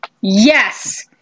yes